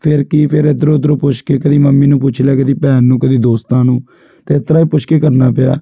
ਫਿਰ ਕੀ ਫਿਰ ਇੱਧਰੋ ਉੱਧਰੋਂ ਪੁੱਛ ਕੇ ਕਦੀ ਮੰਮੀ ਨੂੰ ਪੁੱਛ ਲਿਆ ਕਦੀ ਭੈਣ ਨੂੰ ਕਦੀ ਦੋਸਤਾਂ ਨੂੰ ਅਤੇ ਇਸ ਤਰ੍ਹਾਂ ਪੁੱਛ ਕੇ ਕਰਨਾ ਪਿਆ